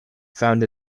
found